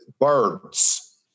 Birds